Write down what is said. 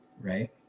Right